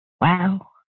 wow